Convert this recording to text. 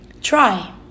Try